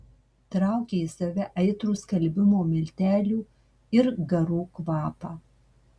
traukė į save aitrų skalbimo miltelių ir garų kvapą